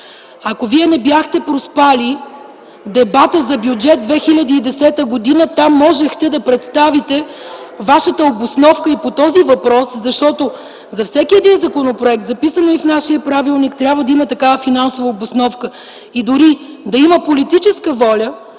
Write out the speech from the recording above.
Ако Вие не бяхте проспали дебата за Бюджет 2010 г., там можехте да представите Вашата обосновка и по този въпрос, защото за всеки един законопроект, записано е и в нашия правилник, трябва да има такава финансова обосновка. Дори да има политическа воля